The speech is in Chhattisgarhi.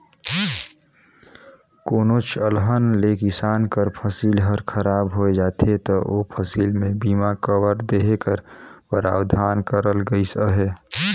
कोनोच अलहन ले किसान कर फसिल हर खराब होए जाथे ता ओ फसिल में बीमा कवर देहे कर परावधान करल गइस अहे